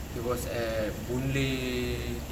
it was at boon lay